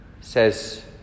says